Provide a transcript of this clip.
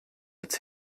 its